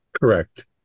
correct